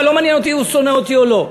לא מעניין אותי אם הוא שונא אותי או לא.